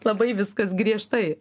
labai viskas griežtai